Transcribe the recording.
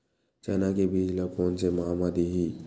चना के बीज ल कोन से माह म दीही?